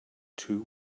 two